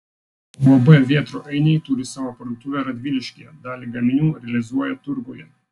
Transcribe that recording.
uab vėtrų ainiai turi savo parduotuvę radviliškyje dalį gaminių realizuoja turguje